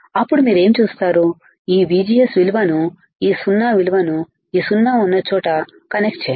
అప్పుడు మీరు ఏమి చేస్తారు ఈ VGS విలువను ఈ 0 విలువను 0 ఉన్న చోటకనెక్ట్ చేయండి